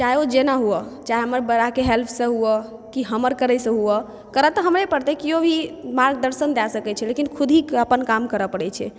चाहे ओ जेना हुअऽ चाहे हमर बड़ाके हेल्पसँ हुअऽ कि हमर करैसँ हुअऽ करऽ तऽ हमरे पड़तै केओ भी मार्गदर्शन दए सकै छै लेकिन खुद ही अपन काम करऽ पड़ै छै